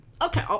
Okay